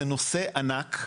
זה נושא ענק,